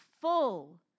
full